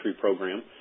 program